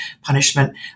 punishment